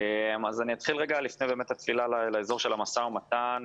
אני אתחיל לפני הצלילה לאזור של המשא-ומתן,